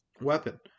weapon